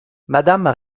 mme